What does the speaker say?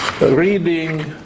reading